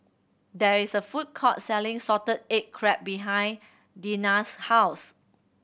there is a food court selling salted egg crab behind Dena's house